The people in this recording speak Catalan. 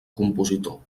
compositor